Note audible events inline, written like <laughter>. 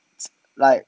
<noise> like